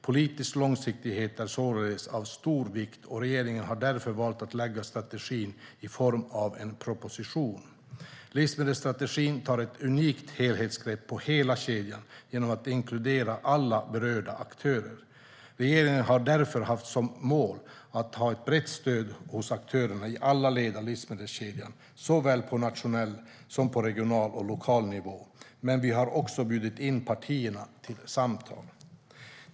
Politisk långsiktighet är således av stor vikt, och regeringen har därför valt att lägga strategin i form av en proposition. Livsmedelsstrategin tar ett unikt helhetsgrepp på hela kedjan genom att inkludera alla berörda aktörer. Regeringen har därför haft som mål att ha ett brett stöd hos aktörerna i alla led av livsmedelskedjan, såväl på nationell som på regional och lokal nivå, men vi har också bjudit in partierna till samtal.